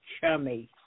chummy